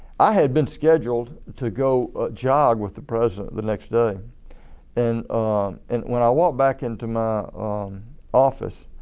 i had been scheduled to go jog with the president the next day and and when i walked back into my office,